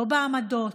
לא בעמדות,